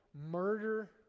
murder